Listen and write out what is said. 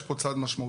יש פה צד משמעותי.